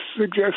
suggest